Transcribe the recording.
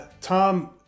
Tom